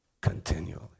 Continually